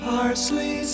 Parsley